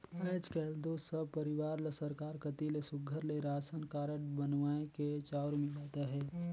आएज काएल दो सब परिवार ल सरकार कती ले सुग्घर ले रासन कारड बनुवाए के चाँउर मिलत अहे